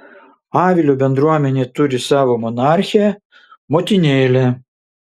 avilio bendruomenė turi savo monarchę motinėlę